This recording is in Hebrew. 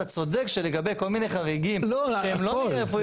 אתה צודק שלגבי כל מיני חריגים שהם לא מקרה רפואי --- לא,